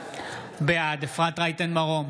בעד אפרת רייטן מרום,